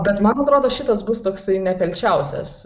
bet man atrodo šitas bus toksai nekalčiausias